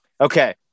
okay